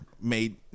made